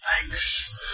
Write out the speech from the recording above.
Thanks